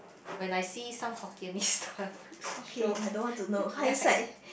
when I see some Hokkien show then I